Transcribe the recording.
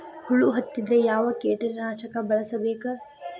ಹುಳು ಹತ್ತಿದ್ರೆ ಯಾವ ಕೇಟನಾಶಕ ಬಳಸಬೇಕ?